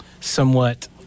somewhat